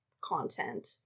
content